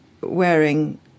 wearing